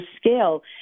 scale